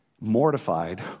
mortified